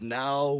now